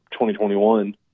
2021